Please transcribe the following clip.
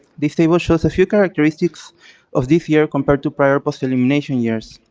this table shows a few characteristics of this year compared to prior post-elimination years.